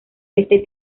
este